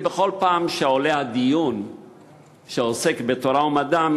כי בכל פעם שעולה הדיון שעוסק בתורה ומדע,